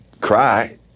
cry